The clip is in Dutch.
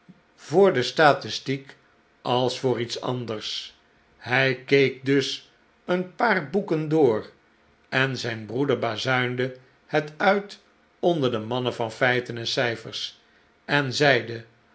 voor de statistiek als voor iets anders hij keek dus een paar boeken door en zijn broeder bazuinde het uit onder de mannen van feiten en cijfers en zeide